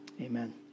Amen